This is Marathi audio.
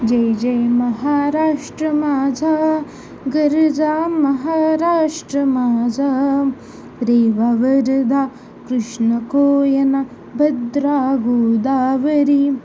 जय जय महाराष्ट्र माझा गर्जा महाराष्ट्र माझा रेवा वरदा कृष्णा कोयना भद्रा गोदावरी